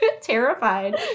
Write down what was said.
terrified